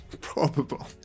probable